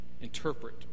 interpret